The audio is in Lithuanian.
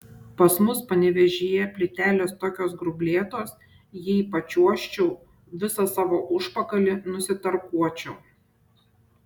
pas mus panevėžyje plytelės tokios grublėtos jei pačiuožčiau visą savo užpakalį nusitarkuočiau